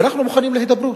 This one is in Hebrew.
ואנחנו מוכנים להידברות.